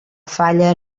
falla